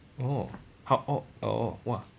oh how oh oh !wah!